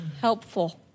Helpful